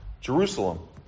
Jerusalem